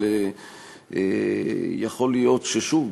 אבל שוב,